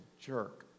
jerk